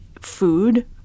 food